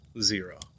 Zero